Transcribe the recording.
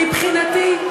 מבחינתי,